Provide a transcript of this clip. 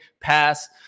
pass